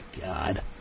god